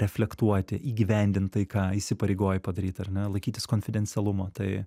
reflektuoti įgyvendint tai ką įsipareigoji padaryt ar ne laikytis konfidencialumo tai